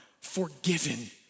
forgiven